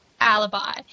alibi